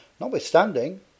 Notwithstanding